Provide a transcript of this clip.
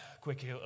quick